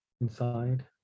inside